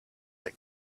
like